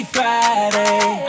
Friday